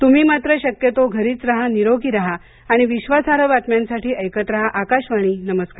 तुम्ही मात्र शक्यतो घरीच राहा निरोगी राहा आणि विश्वासार्ह बातम्यांसाठी ऐकत राहा आकाशवाणी नमस्कार